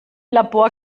labor